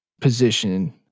position